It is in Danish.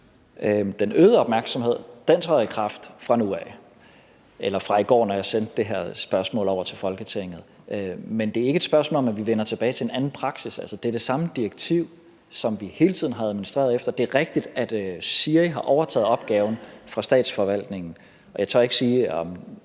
Den øgede opmærksomhed træder i kraft fra nu af – eller fra i går, da jeg sendte svaret på spørgsmål 121 over til Folketinget. Men det er ikke et spørgsmål om, at vi vender tilbage til en anden praksis. Det er det samme direktiv, som vi hele tiden har administreret efter. Det er rigtigt, at SIRI har overtaget opgaven fra Statsforvaltningen. Jeg tør ikke sige, om